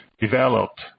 developed